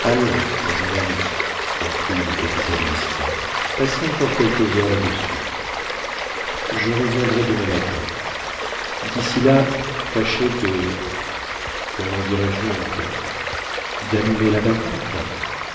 allons mon jeune ami conclut le capitaliste passez encore quelques heures là-dessus je reviendrai demain matin dici là tâchez de comment dirais-je donc dallumer la bacchante